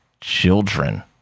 children